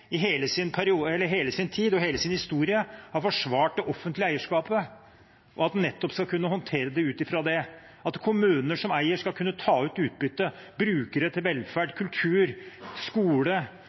i hele sin tid og hele sin historie har forsvart det offentlige eierskapet, og at en nettopp skal kunne håndtere det ut fra det – at kommuner som eier, skal kunne ta ut utbytte, bruke det til velferd, kultur, skole